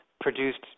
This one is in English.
produced